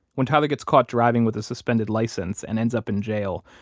when tyler gets caught driving with a suspended license and ends up in jail,